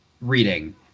reading